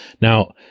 Now